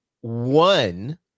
one